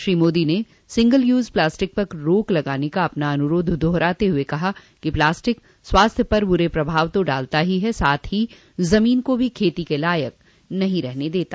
श्री मोदी ने single use plastic पर रोक लगाने का अपना अनुरोध दोहराते हुए कहा कि प्लास्टिक स्वास्थ्य पर बुरे प्रभाव तो डालता ही है साथ ही जमीन को भी खेती के लायक नहीं रहने देता